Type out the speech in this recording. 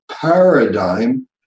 paradigm